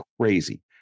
crazy